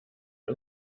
wir